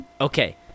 Okay